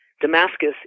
Damascus